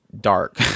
dark